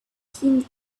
him